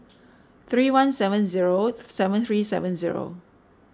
three one seven zero seven three seven zero